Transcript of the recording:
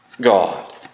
God